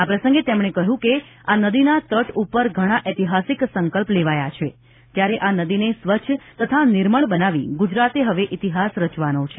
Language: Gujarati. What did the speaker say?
આ પ્રસંગે તેમણે કહ્યું હતું કે આ નદીના તટ ઉપર ઘણા ઐતિહાસિક સંકલ્પ લેવાયા છે ત્યારે આ નદીને સ્વચ્છ તથા નિર્મળ બનાવી ગુજરાતે હવે ઇતિહાસ રચવાનો છે